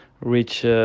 reach